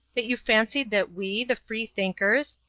that you fancied that we, the free-thinkers,